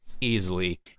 easily